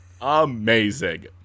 Amazing